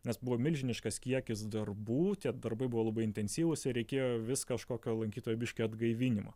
nes buvo milžiniškas kiekis darbų tie darbai buvo labai intensyvūs ir reikėjo vis kažkokio lankytojo biškio atgaivinimo